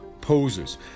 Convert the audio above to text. poses